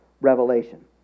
Revelation